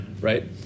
right